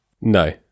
No